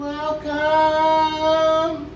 Welcome